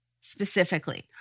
specifically